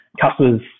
Customers